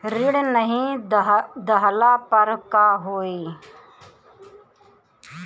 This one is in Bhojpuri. ऋण नही दहला पर का होइ?